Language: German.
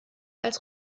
als